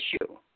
issue